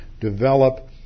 develop